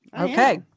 Okay